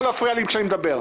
לא להפריע לי כשאני מדבר.